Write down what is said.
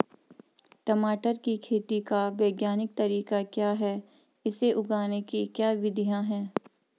टमाटर की खेती का वैज्ञानिक तरीका क्या है इसे उगाने की क्या विधियाँ हैं?